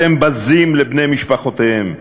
אתם בזים לבני משפחותיהם,